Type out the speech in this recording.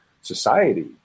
society